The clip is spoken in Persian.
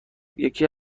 یکی